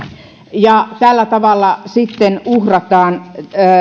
ja tällä tavalla sitten uhrataan